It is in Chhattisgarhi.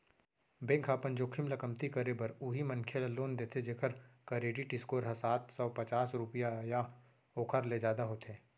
बेंक ह अपन जोखिम ल कमती करे बर उहीं मनखे ल लोन देथे जेखर करेडिट स्कोर ह सात सव पचास रुपिया या ओखर ले जादा होथे